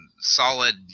solid